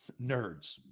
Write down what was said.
nerds